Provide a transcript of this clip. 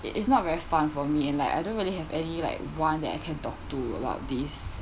it it's not very fun for me and like I don't really have any like one that I can talk to about this